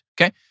Okay